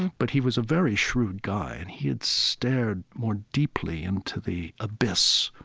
but he was a very shrewd guy, and he had stared more deeply into the abyss,